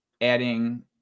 adding